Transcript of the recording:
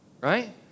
right